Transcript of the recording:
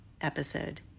episode